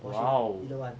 !wow!